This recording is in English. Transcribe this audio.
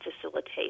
facilitate